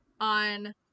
on